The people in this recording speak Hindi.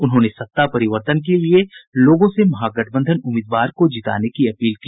उन्होंने सत्ता परिवर्तन के लिये लोगों से महागठबंधन उम्मीदवार को जिताने की अपील की